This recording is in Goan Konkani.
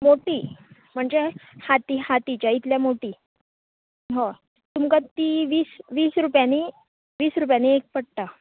मोटी म्हणजे म्हणजे हातिच्या इतलीं मोटीं हो तुमकां ती वीस वीस रुपयानी वीस रुपयानी एक पडटा